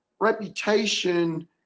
reputation